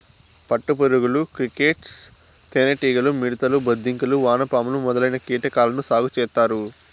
పట్టు పురుగులు, క్రికేట్స్, తేనె టీగలు, మిడుతలు, బొద్దింకలు, వానపాములు మొదలైన కీటకాలను సాగు చేత్తారు